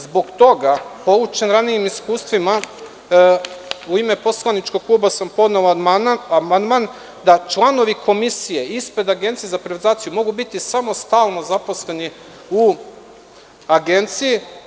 Zbog toga, poučen ranijim iskustvima, u ime poslaničkog kluba sam podneo amandman da članovi komisije ispred Agencije za privatizaciju mogu biti samo stalno zaposleni u Agenciji.